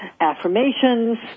affirmations